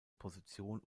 position